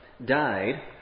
died